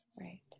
right